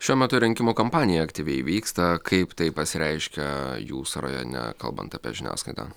šiuo metu rinkimų kampanija aktyviai vyksta kaip tai pasireiškia jūsų rajone kalbant apie žiniasklaidą